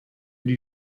die